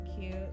cute